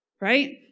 Right